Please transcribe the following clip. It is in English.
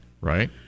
Right